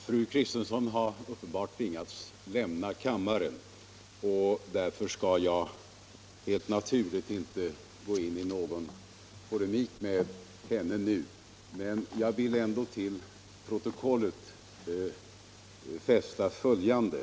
Fru talman! Fru Kristensson har uppenbarligen tvingats lämna kammaren, och därför skall jag inte gå in i någon polemik med henne nu. Men jag vill ändå till protokollet fästa följande.